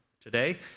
today